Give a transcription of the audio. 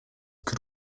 could